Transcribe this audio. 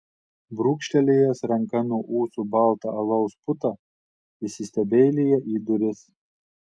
brūkštelėjęs ranka nuo ūsų baltą alaus putą įsistebeilija į duris